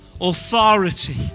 authority